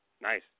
Nice